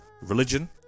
religion